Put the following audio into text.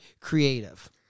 creative